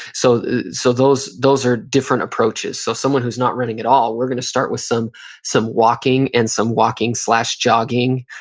so so those those are different approaches. so someone who is not running at all, we're going to start with some some walking and some walking jogging,